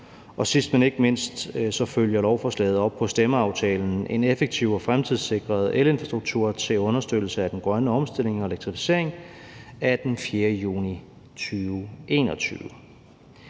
Og sidst, men ikke mindst, følger lovforslaget op på stemmeaftalen »En effektiv og fremtidssikret elinfrastruktur til understøttelse af den grønne omstilling og elektrificeringen« af 4. juni 2021.